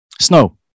Snow